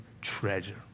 treasure